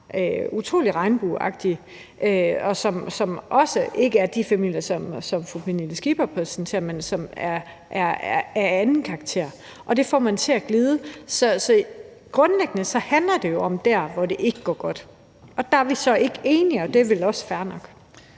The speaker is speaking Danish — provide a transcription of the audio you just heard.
utrolig regnbueagtige, og som ikke er de familier, som fru Pernille Skipper præsenterer, men som er af en anden karakter, og der får man det til at glide. Så grundlæggende handler det jo om der, hvor det ikke går godt, og der er vi så ikke enige, og det er vel også fair nok.